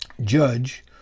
judge